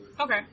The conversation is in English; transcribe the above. Okay